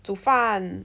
煮饭